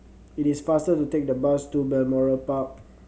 it is faster to take the bus to Balmoral Park